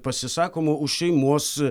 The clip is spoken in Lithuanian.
pasisakome už šeimos